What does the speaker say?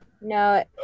No